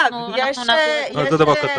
אנחנו נעביר את זה.